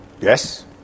yes